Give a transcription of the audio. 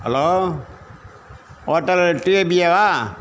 hello hotel டிஏபிஏ வா